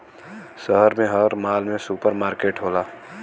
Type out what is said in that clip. शहर में हर माल में सुपर मार्किट होला